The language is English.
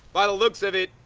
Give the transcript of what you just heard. by the looks of it,